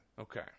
Okay